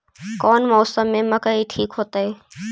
कौन मौसम में मकई ठिक होतइ?